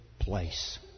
place